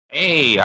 Hey